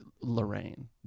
Lorraine